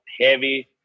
heavy